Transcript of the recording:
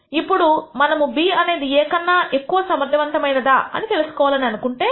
ఇప్పుడు మనము B అనేది A నా కన్నా ఎక్కువ సమర్థవంతమైనదా అని తెలుసుకోవాలి అని అనుకుంటే